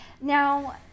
Now